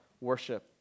worship